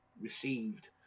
received